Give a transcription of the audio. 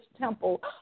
temple